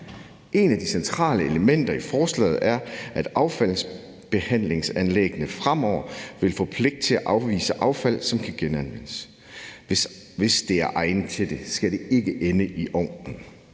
Et af de centrale elementer i lovforslaget er, at affaldsbehandlingsanlæggene fremover vil få pligt til at afvise affald, som kan genanvendes. Hvis det er egnet til det, skal det ikke ende i ovnen.